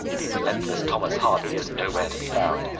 the relentless thomas hardy is nowhere to be found.